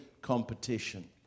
competition